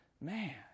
man